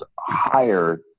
higher